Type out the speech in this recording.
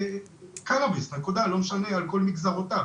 לא משנה איזה,